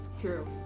True